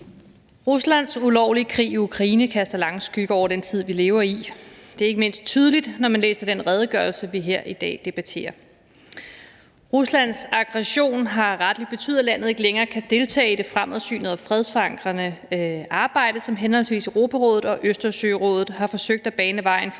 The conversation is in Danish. Ruslands ulovlige krig i Ukraine kaster lange skygger over den tid, vi lever i. Det er ikke mindst tydeligt, når man læser den redegørelse, vi her i dag debatterer. Ruslands aggression har betydet, at landet rettelig ikke længere kan deltage i det fremadsynede og fredsforankrende arbejde, som henholdsvis Europarådet og Østersørådet har forsøgt at bane vejen for